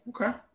okay